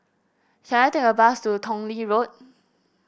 can I take a bus to Tong Lee Road